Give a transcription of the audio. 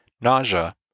nausea